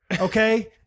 Okay